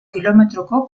kilometroko